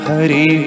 Hari